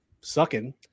sucking